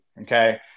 Okay